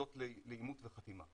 תעודות לאימות וחתימה.